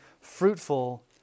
fruitful